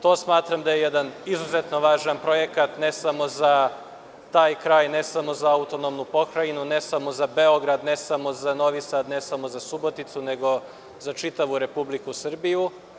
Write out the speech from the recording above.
To smatram da je jedan izuzetno važan projekat, ne samo za taj kraj, ne samo za AP, ne samo za Beograd, ne samo za Novi Sad, ne samo za Suboticu, nego za čitavu Republiku Srbiju.